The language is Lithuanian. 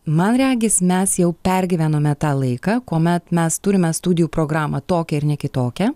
man regis mes jau pergyvenome tą laiką kuomet mes turime studijų programą tokią ir ne kitokią